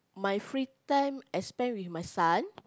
my free time I spend with my son